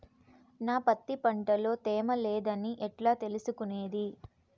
నా పత్తి పంట లో తేమ లేదని ఎట్లా తెలుసుకునేది?